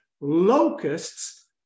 locusts